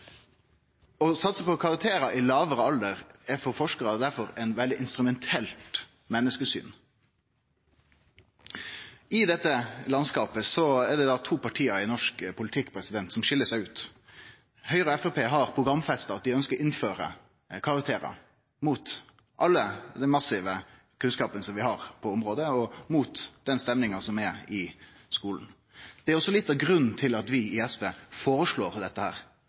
satse på karakterar i lågare alder er for forskarar derfor eit veldig instrumentelt menneskesyn. I dette landskapet er det da to parti i norsk politikk som skil seg ut. Høgre og Framstegspartiet har programfesta at dei ønskjer å innføre karakterar, mot all den massive kunnskapen vi har på området, og mot stemninga som er i skulen. Det er også litt av grunnen til at vi i SV foreslår dette.